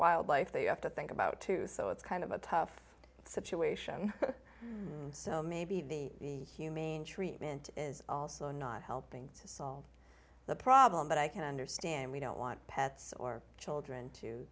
wildlife that you have to think about too so it's kind of a tough situation so maybe the humane treatment is also not helping to solve the problem but i can understand we don't want pets or children